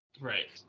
Right